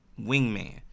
wingman